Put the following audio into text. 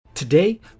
Today